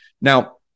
Now